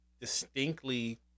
distinctly –